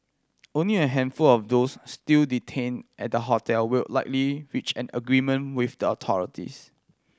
only a handful of those still detained at the hotel will likely reach an agreement with the authorities